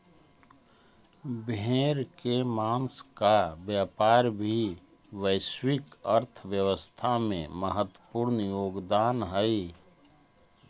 भेड़ के माँस का व्यापार भी वैश्विक अर्थव्यवस्था में महत्त्वपूर्ण योगदान हई